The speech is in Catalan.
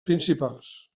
principals